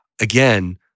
Again